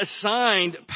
assigned